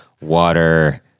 water